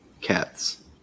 cats